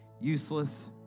useless